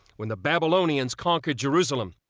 when the babylonians conquered jerusalem.